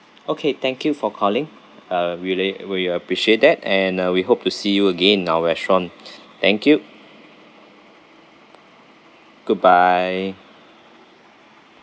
okay thank you for calling uh we really we really appreciate that and uh we hope to see you again in our restaurant thank you good bye